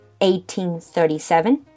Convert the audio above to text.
1837